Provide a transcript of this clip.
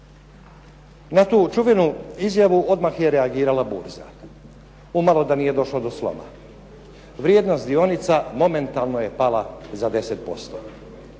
Na tu čuvenu izjavu odmah je reagirala burza, umalo da nije došlo do sloma. Vrijednost dionica momentalno je pala za 10%.